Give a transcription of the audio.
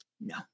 no